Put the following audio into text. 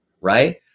right